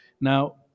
Now